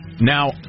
Now